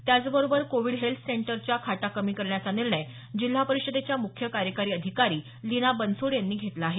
त्याचबरोबर Covid health सेंटरच्या खाटा कमी करण्याचा निर्णय जिल्हा परिषदेच्या मुख्य कार्यकारी अधिकारी लीना बनसोड यांनी घेतला आहे